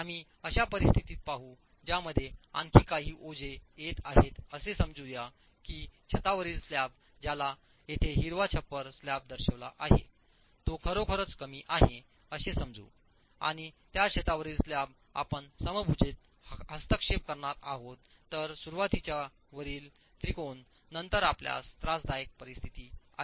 आम्ही अशा परिस्थितीत पाहु ज्यामध्ये आणखी काही ओझे येत आहेत असे समजू या की छतावरील स्लॅब ज्याला येथे हिरवा छप्पर स्लॅब दर्शविला आहे तो खरोखरच कमी आहे असे समजू आणि त्या छतावरील स्लॅब आपण समभुजेत हस्तक्षेप करणार आहोत तर सुरुवातीच्या वरील त्रिकोण नंतर आपल्यास त्रासदायक परिस्थिती आहे